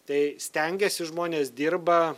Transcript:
tai stengiasi žmonės dirba